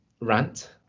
rant